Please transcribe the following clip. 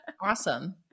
Awesome